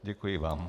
Děkuji vám.